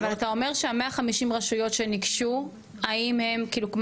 אבל אתה אומר שה- 150 רשויות שניגשו, האם הם מה?